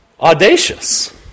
audacious